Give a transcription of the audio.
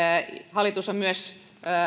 hallitus on myös